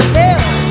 hell